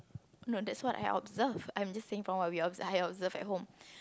no that's what I observed I'm just saying from my view I observe at home